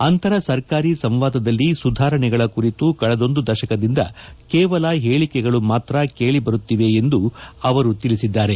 ಅಂತರ ಸರ್ಕಾರಿ ಸಂವಾದದಲ್ಲಿ ಸುಧಾರಣೆಗಳ ಕುರಿತು ಕಳೆದೊಂದು ದಶಕದಿಂದ ಕೇವಲ ಹೇಳಿಕೆಗಳು ಮಾತ್ರ ಕೇಳಿ ಬರುತ್ತಿವೆ ಎಂದು ತಿಳಿಸಿದ್ದಾರೆ